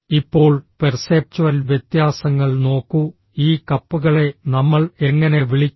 ഇപ്പോൾ പെർസെപ്ച്വൽ വ്യത്യാസങ്ങൾ നോക്കൂ ഈ കപ്പുകളെ നമ്മൾ എങ്ങനെ വിളിക്കും